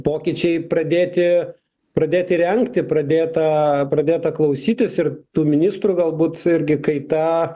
pokyčiai pradėti pradėti rengti pradėta pradėta klausytis ir tų ministrų galbūt irgi kaita